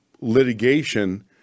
litigation